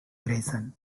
grayson